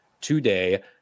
today